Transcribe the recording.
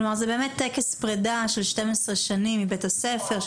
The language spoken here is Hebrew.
כלומר זה באמת טקס פרידה של 12 שנים מבית הספר,